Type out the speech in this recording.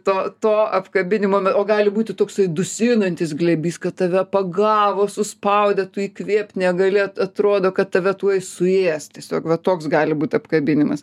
to to apkabinimo o gali būti toksai dusinantis glėbys kad tave pagavo suspaudė tu įkvėpt negalėt atrodo kad tave tuoj suės tiesiog va toks gali būt apkabinimas